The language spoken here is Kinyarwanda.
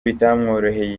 bitamworoheye